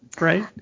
right